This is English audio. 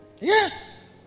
Yes